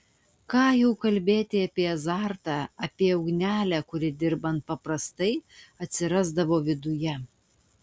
ką jau kalbėti apie azartą apie ugnelę kuri dirbant paprastai atsirasdavo viduje